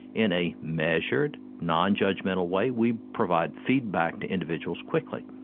in a measured, non-judgemental way we provide feedback to individuals quickly.